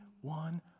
One